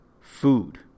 food